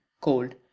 cold